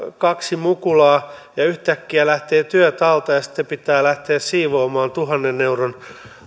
kaksi mukulaa ja yhtäkkiä lähtee työt alta ja sitten pitää lähteä siivoamaan tuhannen euron